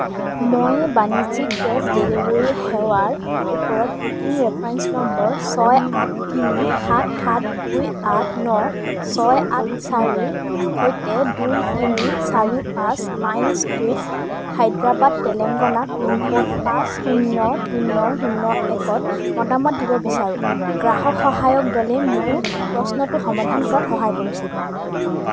মই বাণিজ্যিক gas delivery সেৱাৰ ওপৰত বুকিং ৰেফাৰেঞ্চ নম্বৰ ছয় আঠ তিনি সাত সাত দুই আঠ ন ছয় আঠ চাৰিৰ সৈতে দুই তিনি চাৰি পাঁচ Pine Street Hyderabad Telangana pincode পাঁচ শূন্য শূন্য শূন্য শূন্য একত মতামত দিব বিচাৰোঁ গ্ৰাহক সহায়ক দলে মোৰ প্ৰশ্নটো সমাধান কৰাত সহায় কৰিছিল